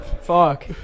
Fuck